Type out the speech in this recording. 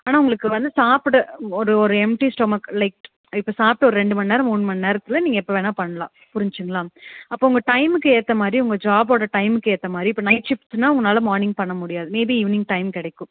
ஆனால் உங்களுக்கு வந்து சாப்பிட ஒரு ஒரு எம்ப்டி ஸ்டொமக் லைக் இப்போ சாப்பிட்டு ஒரு ரெண்டு மணி நேரம் மூணு மணி நேரத்தில் நீங்கள் எப்போ வேணுணா பண்ணலாம் புரிஞ்சுங்கலா அப்போ உங்க டைம்க்கு ஏற்ற மாதிரி உங்கள் ஜாப்போடய டைம்க்கு ஏற்ற மாதிரி இப்போ நைட் ஷிஃப்ட்னா உங்களால் மார்னிங் பண்ணமுடியாது மேபி ஈவனிங் டைம் கிடைக்கும்